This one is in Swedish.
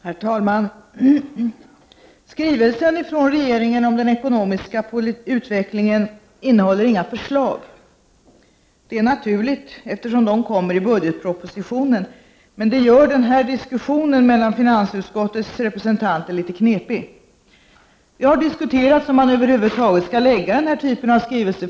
Herr talman! Skrivelsen från regeringen om den ekonomiska utvecklingen innehåller inga förslag. Det är naturligt, eftersom de kommer i budgetpropositionen, men det gör den här diskussionen mellan finansutskottets representanter litet knepig. Det har diskuterats om regeringen över huvud taget skall lägga fram den här typen av skrivelser.